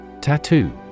Tattoo